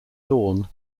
dawn